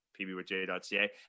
pbwithj.ca